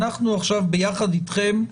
אנחנו עכשיו, יחד אתכם,